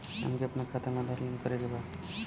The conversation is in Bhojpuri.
हमके अपना खाता में आधार लिंक करें के बा?